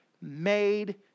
made